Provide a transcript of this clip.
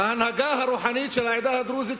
ההנהגה הרוחנית של העדה הדרוזית,